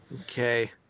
Okay